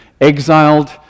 exiled